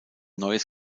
neues